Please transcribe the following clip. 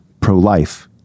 pro-life